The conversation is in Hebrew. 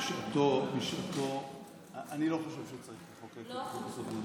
אני לא חושב שצריך לחוקק חוק-יסוד מחדש.